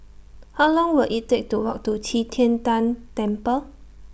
How Long Will IT Take to Walk to Qi Tian Tan Temple